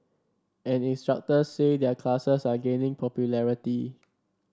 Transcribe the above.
and instructors say their classes are gaining popularity